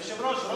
היושב-ראש,